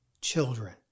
children